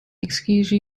excuse